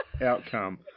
outcome